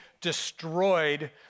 destroyed